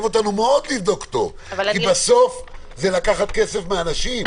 כי בסוף זה לקחת כסף מאנשים.